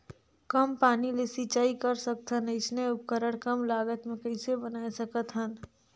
कम पानी ले सिंचाई कर सकथन अइसने उपकरण कम लागत मे कइसे बनाय सकत हन?